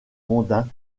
mondains